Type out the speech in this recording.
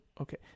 okay